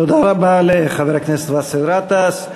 תודה רבה לחבר הכנסת באסל גטאס.